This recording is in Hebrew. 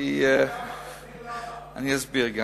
אני אסביר.